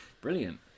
Brilliant